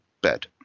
bed